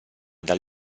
dal